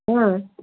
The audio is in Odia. ହଁ